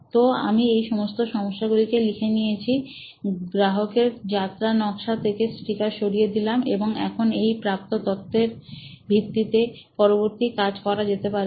তো আমি এই সমস্ত সমস্যাগুলি লিখে নিয়েছি গ্রাহকের যাত্রার নকশা থেকে স্টিকার সরিয়ে দিলাম এবং এখন এই প্রাপ্ত তথ্যের ভিত্তিতে পরবর্তী কাজ করা যেতে পারে